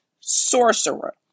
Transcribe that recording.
sorcerer